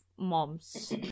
Moms